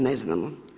Ne znamo.